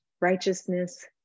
righteousness